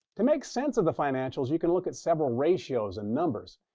to make sense of the financials, you can look at several ratios and numbers.